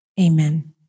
Amen